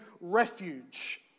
refuge